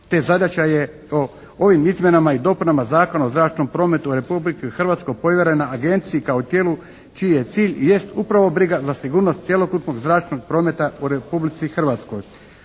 te zadaća je ovim izmjenama i dopunama Zakona o zračnom prometu Republike Hrvatske povjerena agenciji kao tijelu čiji cilj jest upravo briga za sigurnost cjelokupnog zračnog prometa u Republici Hrvatskoj.